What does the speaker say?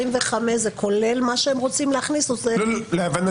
רק הבהרה:25,000,000 זה כולל מה שהם רוצים להכניס או שזה --- בסדר,